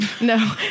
No